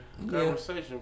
conversation